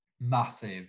massive